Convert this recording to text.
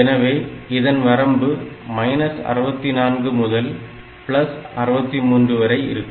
எனவே இதன் வரம்பு 64 முதல் 63 வரை இருக்கும்